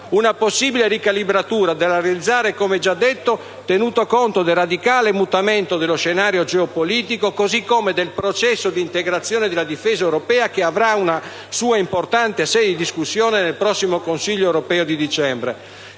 Una possibile ricalibratura da realizzare, come già detto, tenuto conto del radicale mutamento dello scenario geopolitico, così come del processo di integrazione della difesa europea, che avrà una sua importante sede di discussione nel prossimo Consiglio europeo di dicembre.